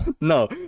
No